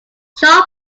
shaw